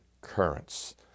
currents